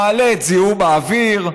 מעלה את זיהום האוויר,